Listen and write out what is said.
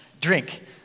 drink